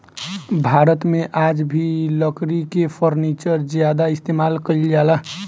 भारत मे आ भी लकड़ी के फर्नीचर ज्यादा इस्तेमाल कईल जाला